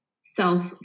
self